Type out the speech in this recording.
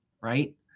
right